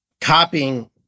copying